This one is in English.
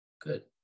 Good